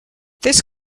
this